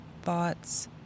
thoughts